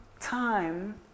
time